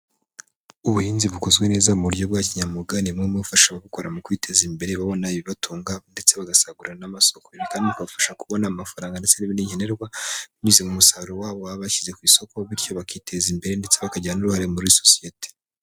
Ubuhinzi bukozwe neza mu buryo bwa kinyamwuga, ni bumwe mu bufasha ababukora mu kwiteza imbere, babona ibibatunga ndetse bagasagura n'amasoko. Ibi kandi bikabafasha kubona amafaranga ndetse ndetse n'ibindi nkenerwa , binyuze mu musaruro wabo wabashyize ku isoko, bityo bakiteza imbere ndetse bakagira n'uruhare muri sosiyete.